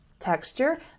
texture